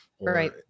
Right